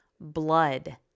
blood